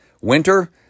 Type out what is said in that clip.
winter